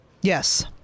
Yes